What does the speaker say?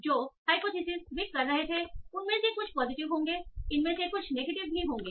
जो हाइपोथेसिस वे कह रहे थे उनमें से कुछ पॉजिटिव होंगे इनमें से कुछ नेगेटिव होंगे